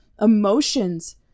emotions